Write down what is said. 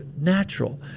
natural